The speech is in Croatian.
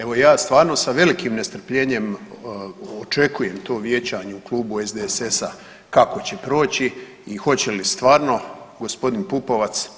Evo, ja stvarno sa velikim nestrpljenjem očekujem to vijećanje u Klubu SDSS-a kako će proći i hoće li stvarno g. Pupovac